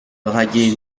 draguer